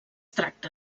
tracta